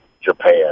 Japan